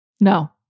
No